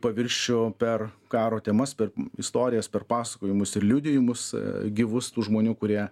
paviršių per karo temas per istorijas per pasakojimus ir liudijimus gyvus tų žmonių kurie